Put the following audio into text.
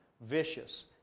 vicious